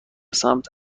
سمت